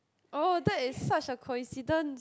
oh that's such a coincidence